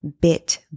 bit